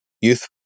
youth